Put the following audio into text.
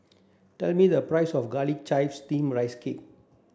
tell me the price of garlic chives steamed rice cake